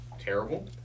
terrible